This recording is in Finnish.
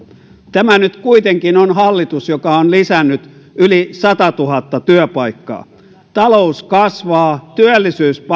tämä nyt kuitenkin on hallitus joka on lisännyt yli satatuhatta työpaikkaa talous kasvaa työllisyys paranee